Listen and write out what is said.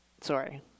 Sorry